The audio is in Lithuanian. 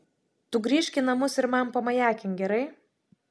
tu grįžk į namus ir man pamajakink gerai